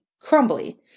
crumbly